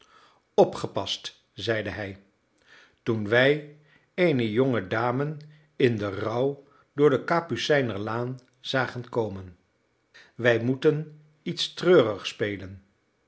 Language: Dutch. opgepast zeide hij toen wij eene jonge dame in den rouw door de capucijnerlaan zagen komen wij moeten iets treurigs spelen